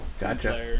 Gotcha